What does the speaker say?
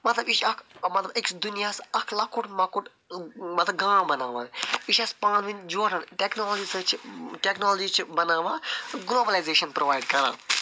مطلب یہِ چھِ اکھ مطلب أکِس دُنیاہس اَکھ لۄکُٹ مۄکُٹ مطلب گام بناوان یہِ چھِ اَسہِ پانہِ ؤنۍ جورَن ٹٮ۪کنالجی ہسا چھِ ٹٮ۪کنالجی چھِ بناوان گلوبٕلایزیشَن پرٛووایِڈ کران